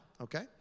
okay